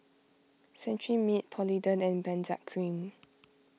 Cetrimide Polident and Benzac Cream